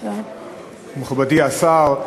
מכובדי השר,